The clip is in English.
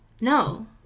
no